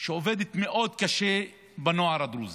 שעובדת מאוד קשה עם הנוער הדרוזי,